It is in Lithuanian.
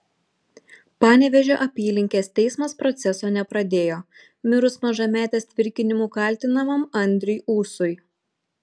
panevėžio apylinkės teismas proceso nepradėjo mirus mažametės tvirkinimu kaltinamam andriui ūsui